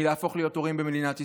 בלהפוך להיות הורים במדינת ישראל.